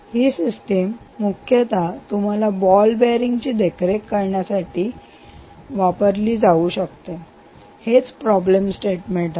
हि सिस्टीम मुख्यतः तुम्हाला बॉल बियरींग ची देखरेख करण्यासाठी वापरली जाऊ शकते हेच प्रॉब्लेम स्टेटमेंट आहे